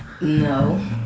No